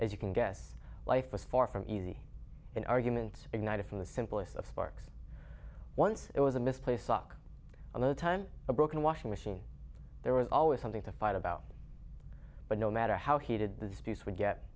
as you can guess life was far from easy and arguments ignited from the simplest of sparks once it was a misplaced sock on a time a broken washing machine there was always something to fight about but no matter how heated the streets would get